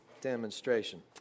demonstration